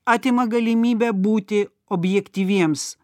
atima galimybę būti objektyviems